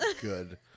Good